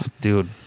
Dude